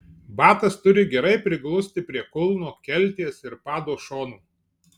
batas turi gerai priglusti prie kulno kelties ir pado šonų